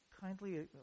kindly